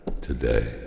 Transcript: today